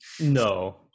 No